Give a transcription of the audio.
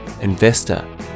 investor